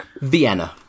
Vienna